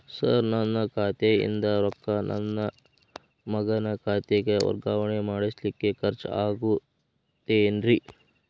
Sir ನನ್ನ ಖಾತೆಯಿಂದ ರೊಕ್ಕ ನನ್ನ ಮಗನ ಖಾತೆಗೆ ವರ್ಗಾವಣೆ ಮಾಡಲಿಕ್ಕೆ ಖರ್ಚ್ ಆಗುತ್ತೇನ್ರಿ?